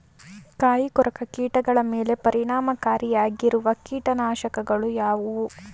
ಕಾಯಿಕೊರಕ ಕೀಟಗಳ ಮೇಲೆ ಪರಿಣಾಮಕಾರಿಯಾಗಿರುವ ಕೀಟನಾಶಗಳು ಯಾವುವು?